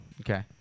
Okay